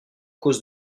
cause